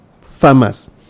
farmers